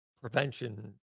Prevention